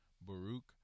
Baruch